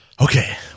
okay